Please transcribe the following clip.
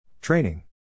Training